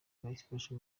ibafasha